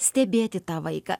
stebėti tą vaiką